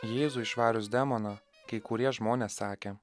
jėzui išvarius demoną kai kurie žmonės sakė